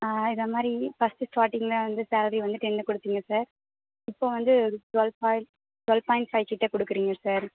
இதை மாதிரி ஃபஸ்ட்டு ஸ்டார்டிங்கில் வந்து சாலரி வந்து டென்னு கொடுத்தீங்க சார் இப்போ வந்து twelve point twelve point five கிட்ட கொடுக்கறீங்க சார்